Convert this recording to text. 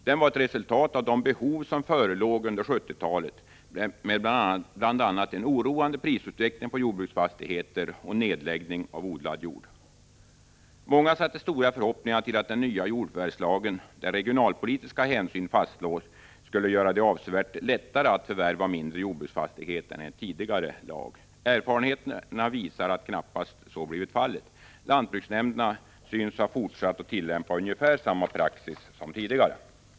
Den var ett resultat av de behov som förelåg under 1970-talet med bl.a. en oroande prisutveckling på jordbruksfastigheter och nedläggning av odlad jord. Många fäste stora förhoppningar vid den nya jordförvärvslagen, där regionalpolitiska hänsyn fastslås. Man räknade med att den skulle göra det avsevärt lättare att förvärva mindre jordbruk än tidigare lag. Erfarenheterna visar att så knappast blivit fallet. Lantbruksnämnderna synes ha fortsatt att tillämpa ungefär samma praxis som tidigare.